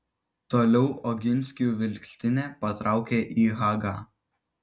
toliau oginskių vilkstinė patraukė į hagą